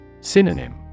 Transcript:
Synonym